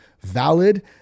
valid